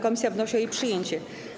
Komisja wnosi o jej przyjęcie.